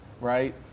right